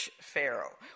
Pharaoh